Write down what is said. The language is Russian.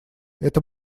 это